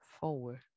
forward